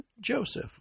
Joseph